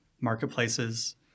marketplaces